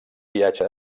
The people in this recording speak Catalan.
viatge